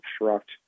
obstruct